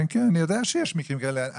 אני יודע שיש מקרים כאלה.